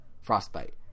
frostbite